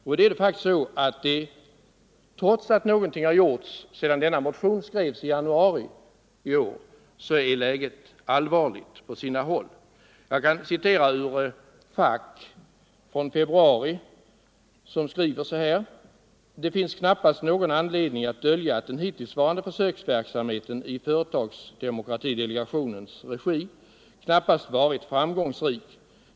Och det är faktiskt så att trots att någonting har gjorts sedan vår motion skrevs i januari i år är läget allvarligt på sina håll. Jag kan citera ur Fack från februari i år som skriver: ”Det finns knappast någon anledning att dölja, att den hittillsvarande försöksverksamheten i företagsdemokratidelegationens regi knappast varit framgångsrik.